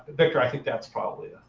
victor, i think that's probably